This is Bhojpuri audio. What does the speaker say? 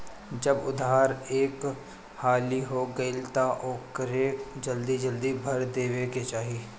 जब उधार एक हाली हो गईल तअ ओके जल्दी जल्दी भर देवे के चाही